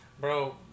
Bro